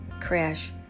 crash